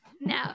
No